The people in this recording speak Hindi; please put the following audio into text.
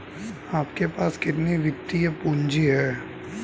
आपके पास कितनी वित्तीय पूँजी है?